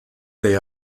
they